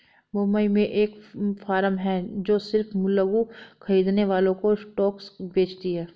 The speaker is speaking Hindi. मुंबई में एक फार्म है जो सिर्फ लघु खरीदने वालों को स्टॉक्स बेचती है